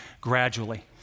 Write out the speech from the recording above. gradually